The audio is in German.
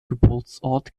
geburtsort